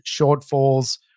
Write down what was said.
shortfalls